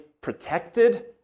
protected